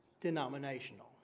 denominational